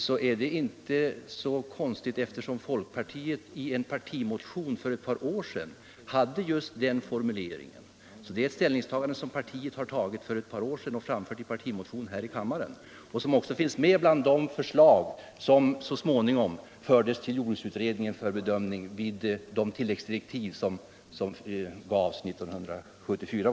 Det är inte så konstigt, eftersom folkpartiet i en partimotion för ett par år sedan hade just den formuleringen. Detta ställningstagande framförde alltså folkpartiet redan för ett par år sedan, och det finns även med bland de förslag som så småningom fördes till jordbruksutredningen för bedömning i samband med de tilläggsdirektiv som gavs 1974.